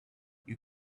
you